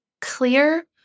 clear